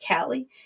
Callie